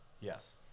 Yes